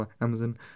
Amazon